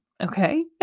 Okay